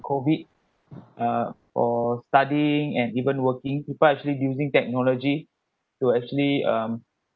COVID uh for studying and even working people actually using technology to actually um